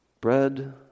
bread